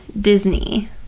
Disney